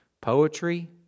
poetry